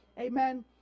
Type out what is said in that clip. amen